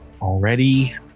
Already